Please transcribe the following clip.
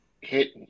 hit